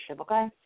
okay